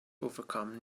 overcome